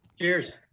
Cheers